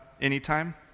anytime